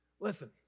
listen